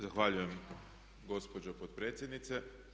Zahvaljujem gospođo potpredsjednice.